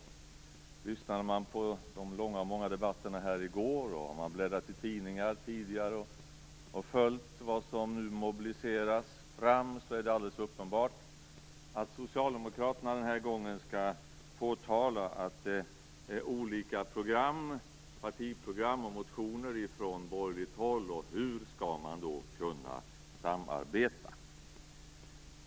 Om man lyssnade på de långa och många debatterna här i går och om man tidigare har bläddrat i tidningar och följt vad som nu mobiliseras finner man att det är alldeles uppenbart att socialdemokraterna den här gången skall påtala att det finns olika partiprogram och motioner från borgerligt håll. De undrar hur man då skall kunna samarbeta.